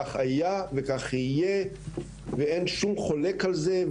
כך היה כך יהיה ואין חולק על זה.